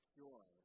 joy